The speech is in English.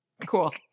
Cool